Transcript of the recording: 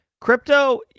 crypto